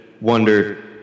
wonder